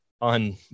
on